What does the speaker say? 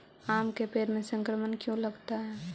आम के पेड़ में संक्रमण क्यों लगता है?